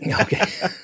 okay